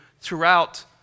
throughout